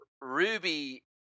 Ruby